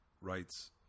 writes